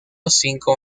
cinco